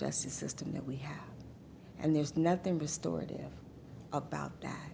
justice system that we have and there's nothing restorative about that